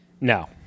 No